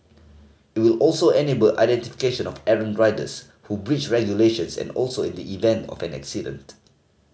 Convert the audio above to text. it will also enable identification of errant riders who breach regulations and also in the event of an accident